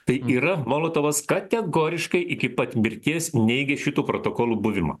tai yra molotovas kategoriškai iki pat mirties neigė šitų protokolų buvimą